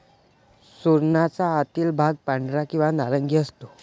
सुरणाचा आतील भाग पांढरा किंवा नारंगी असतो